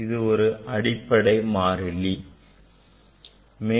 இது ஒரு அடிப்படை மாறிலி ஆகும்